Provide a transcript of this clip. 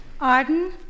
Arden